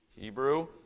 Hebrew